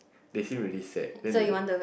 they seem really sad then they